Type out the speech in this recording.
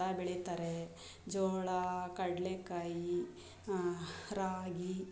ಭತ್ತ ಬೆಳೀತಾರೆ ಜೋಳ ಕಡಲೆಕಾಯಿ ರಾಗಿ